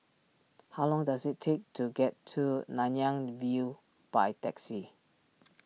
how long does it take to get to Nanyang View by taxi